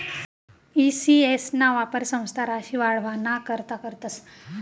E CS ना वापर संस्था राशी वाढावाना करता करतस